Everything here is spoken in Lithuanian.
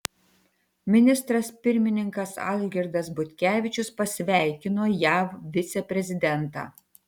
ministras pirmininkas algirdas butkevičius pasveikino jav viceprezidentą